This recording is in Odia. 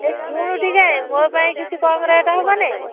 ଏଇ ଶୁଣୁ ଟିକେ ମୋ ପାଇଁ କିଛି କମ୍ ରେଟ୍ ହବ ନାହିଁ